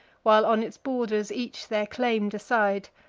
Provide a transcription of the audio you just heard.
while on its borders each their claim decide.